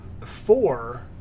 four